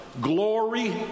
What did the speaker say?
Glory